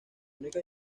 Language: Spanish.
única